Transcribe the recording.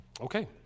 Okay